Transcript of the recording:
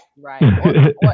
Right